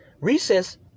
Recess